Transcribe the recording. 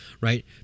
right